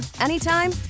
anytime